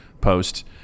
post